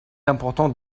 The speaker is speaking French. important